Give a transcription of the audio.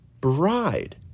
bride